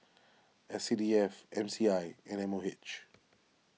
S C D F M C I and M O H